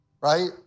Right